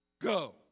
go